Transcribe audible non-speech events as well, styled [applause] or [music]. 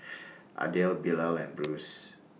Adel Bilal and Bruce [noise]